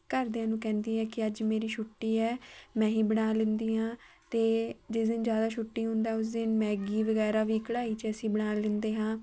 ਘਰਦਿਆਂ ਨੂੰ ਕਹਿੰਦੀ ਆ ਕਿ ਅੱਜ ਮੇਰੀ ਛੁੱਟੀ ਹੈ ਮੈਂ ਹੀ ਬਣਾ ਲੈਂਦੀ ਹਾਂ ਅਤੇ ਜਿਸ ਦਿਨ ਜ਼ਿਆਦਾ ਛੁੱਟੀ ਹੁੰਦਾ ਉਸ ਦਿਨ ਮੈਗੀ ਵਗੈਰਾ ਵੀ ਕੜਾਈ 'ਚ ਅਸੀਂ ਬਣਾ ਲੈਂਦੇ ਹਾਂ